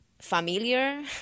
familiar